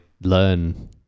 learn